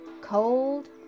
cold